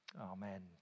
Amen